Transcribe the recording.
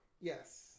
Yes